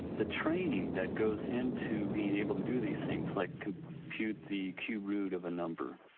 the training that goes into being able to do these things, like compute the cube root of a number,